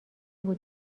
بود